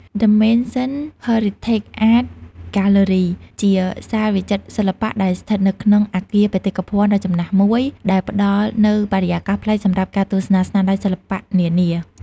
ដឹ មេនសិន ហឺរីថេក អាត ហ្គាទ្បឺរី ជាសាលវិចិត្រសិល្បៈដែលស្ថិតនៅក្នុងអគារបេតិកភណ្ឌដ៏ចំណាស់មួយ ដែលផ្តល់នូវបរិយាកាសប្លែកសម្រាប់ការទស្សនាស្នាដៃសិល្បៈនានា។